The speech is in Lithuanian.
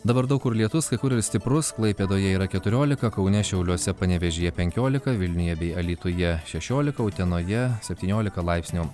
dabar daug kur lietus kai kur ir stiprus klaipėdoje yra keturiolika kaune šiauliuose panevėžyje penkiolika vilniuje bei alytuje šešiolika utenoje septyniolika laipsnių